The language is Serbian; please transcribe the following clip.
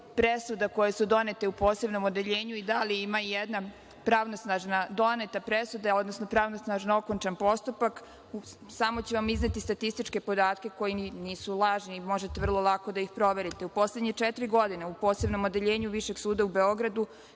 presuda koje su donete u posebnom odeljenju i da li ima i jedna pravosnažna doneta presuda, odnosno pravosnažno okončan postupak, samo ću vam izneti statističke podatke koji nisu lažni, možete vrlo lako da ih proverite. U poslednje četiri godine, u posebnom odeljenju Višeg suda u Beogradu